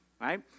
Right